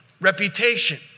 reputation